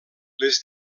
les